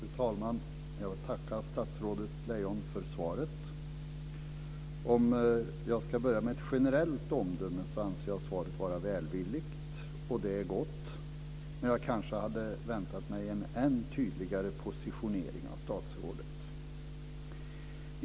Fru talman! Jag vill tacka statsrådet Lejon för svaret. Om jag ska börja med ett generellt omdöme anser jag svaret vara välvilligt, och det är gott, men jag hade kanske väntat mig en än tydligare positionering av statsrådet.